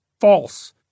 false